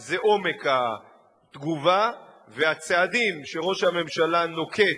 זה עומק התגובה והצעדים שראש הממשלה נוקט